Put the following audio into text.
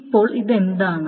ഇപ്പോൾ ഇത് എന്താണ്